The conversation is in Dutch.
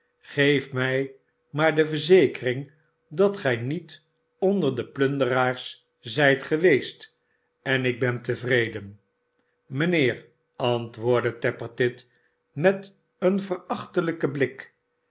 geef mij maar de verzekering dat gij niet onder de plunderaars zijt geweest en ik ben tevreden amijnheer antwoordde tappertit met een verachtelijkenblik ik